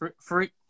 free